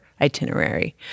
itinerary